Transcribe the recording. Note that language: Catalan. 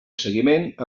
seguiment